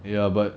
ya but